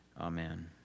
Amen